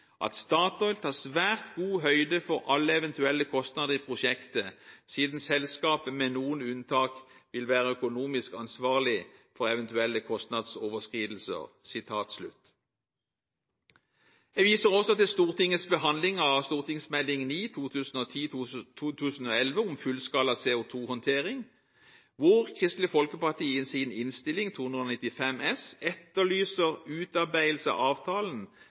at Statoil tar svært god høyde for alle eventuelle kostnader i prosjektet siden selskapet, med noen unntak, vil være økonomisk ansvarlig for eventuelle kostnadsoverskridelser.» Jeg viser også til Stortingets behandling av St.meld. nr. 9 for 2010–2011 om fullskala CO2-håndtering, hvor Kristelig Folkeparti i Innst. 295 S etterlyser utarbeidelse av avtalen